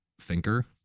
thinker